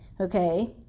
okay